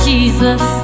Jesus